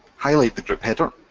highlight the group header.